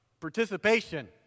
participation